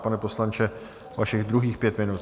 Pane poslanče, vašich druhých pět minut.